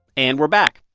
and we're back.